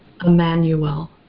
Emmanuel